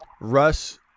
Russ